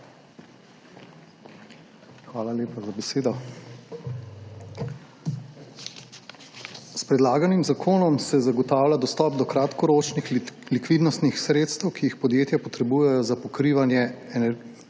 Hvala lepa za besedo. S predlaganim zakonom se zagotavlja dostop do kratkoročnih likvidnostnih sredstev, ki jih podjetja potrebujejo za pokrivanje ekstremnih